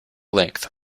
length